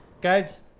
Guys